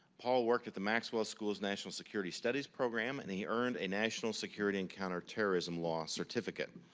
paul worked at the maxwell school's national security studies program and he earned a national security and counterterrorism law certificate.